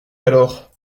alors